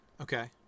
Okay